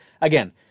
Again